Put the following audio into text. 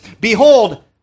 Behold